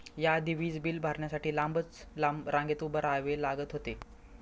या आधी वीज बिल भरण्यासाठी लांबच लांब रांगेत उभे राहावे लागत होते